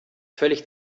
völlig